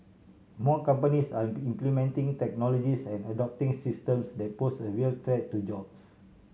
more companies are implementing technologies and adopting systems that pose a real threat to jobs